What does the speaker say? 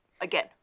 again